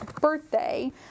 birthday